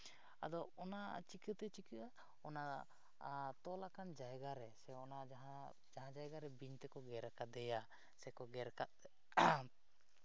ᱟᱫᱚ ᱚᱱᱟ ᱪᱤᱠᱟᱹᱛᱮ ᱪᱤᱠᱟᱹᱜᱼᱟ ᱚᱱᱟ ᱛᱚᱞ ᱟᱠᱟᱱ ᱡᱟᱭᱜᱟ ᱨᱮ ᱥᱮ ᱡᱟᱦᱟᱸ ᱡᱟᱭᱜᱟ ᱨᱮ ᱵᱤᱧ ᱛᱮᱠᱚ ᱜᱮᱨ ᱟᱠᱟᱫᱮᱭᱟ ᱥᱮᱠᱚ ᱜᱮᱨ ᱠᱟᱜᱼᱟ